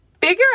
figure